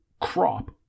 crop